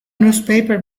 newspaper